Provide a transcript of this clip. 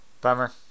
Bummer